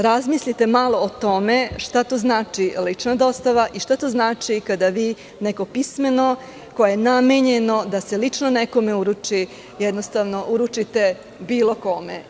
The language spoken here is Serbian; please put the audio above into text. Razmislite malo o tome šta to znači lična dostava i šta to znači kada vi neko pismeno, koje je namenjeno da se lično nekome uruči, jednostavno uručite bilo kome.